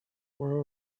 were